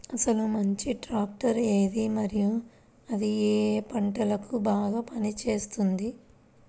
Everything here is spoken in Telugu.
అసలు మంచి ట్రాక్టర్ ఏది మరియు అది ఏ ఏ పంటలకు బాగా పని చేస్తుంది?